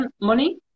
money